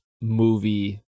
movie